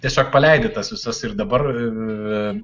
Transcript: tiesiog paleidi tas visas ir dabar ir